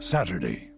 Saturday